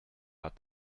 hat